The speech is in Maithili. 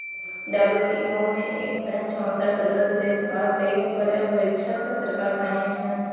डब्ल्यू.टी.ओ मे एक सय चौंसठ सदस्य देश आ तेइस पर्यवेक्षक सरकार शामिल छै